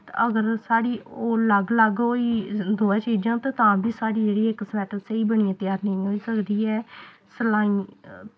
ते अगर साढ़ी ओह् अलग अलग होई दोऐ चीजां ते तां बी साढ़ी जेह्ड़ी इक स्वैट्टर स्हेई बनियै त्यार नेईं होई सकदी ऐ सलाई